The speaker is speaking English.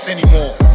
Anymore